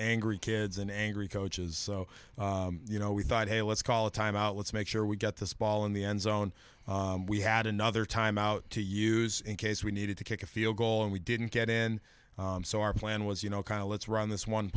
angry kids and angry coaches so you know we thought hey let's call a timeout let's make sure we get this ball in the end zone we had another timeout to use in case we needed to kick a field goal and we didn't get in so our plan was you know kind of let's run this one